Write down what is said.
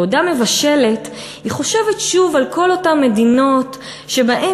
בעודה מבשלת היא חושבת שוב על כל אותן מדינות שבהן